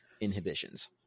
inhibitions